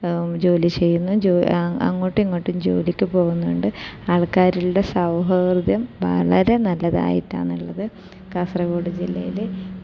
ജോലി ചെയ്യുന്നു ജോലി അങ്ങോട്ടും ഇങ്ങോട്ടും ജോലിയ്ക്ക് പോകുന്നുണ്ട് ആൾക്കാരുടെ സൗഹാർദ്യം വളരെ നല്ലതായിട്ടാണ് ഉള്ളത് കാസർഗോഡ് ജില്ലയില്